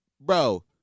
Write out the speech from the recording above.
bro